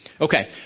Okay